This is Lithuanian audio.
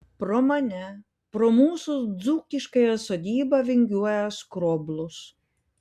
pro mane pro mūsų dzūkiškąją sodybą vingiuoja skroblus